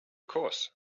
course